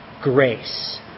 grace